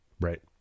Right